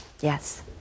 Yes